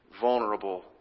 vulnerable